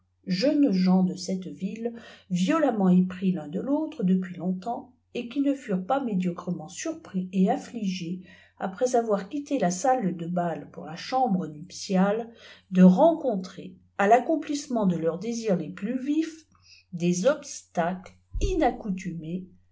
jeunes gens de cette ville violemment épris fun de tautre depuis longtemps et qui ne furent pas médiocrement surpris et affligés après avoir quitté la salle de bal pour la chambre nuptiale de rencontrer a taccomplissement de leurs désirs les plus vifs des obstacles